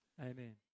Amen